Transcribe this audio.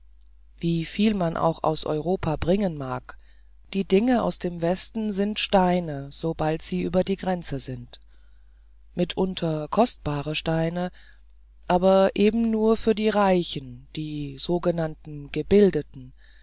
wie viel man auch aus europa bringen mag die dinge aus dem westen sind steine sobald sie über die grenze sind mitunter kostbare steine aber eben nur für die reichen die sogenannten gebildeten